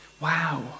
Wow